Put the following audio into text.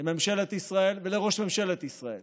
לממשלת ישראל ולראש ממשלת ישראל